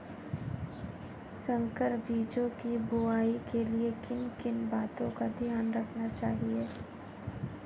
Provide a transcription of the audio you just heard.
संकर बीजों की बुआई के लिए किन किन बातों का ध्यान रखना चाहिए?